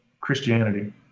Christianity